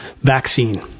vaccine